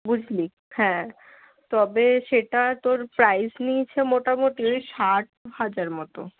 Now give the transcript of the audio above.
বুঝলি হ্যাঁ তবে সেটা তোর প্রাইস নিয়েছে মোটামোটি ওই ষাট হাজার মতো